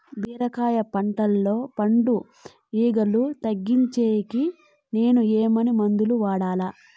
బీరకాయ పంటల్లో పండు ఈగలు తగ్గించేకి నేను ఏమి మందులు వాడాలా?